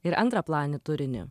ir antraplanį turinį